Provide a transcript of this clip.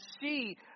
see